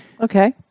Okay